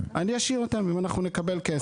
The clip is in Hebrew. אני אשאיר אותם אם אנחנו נקבל כסף.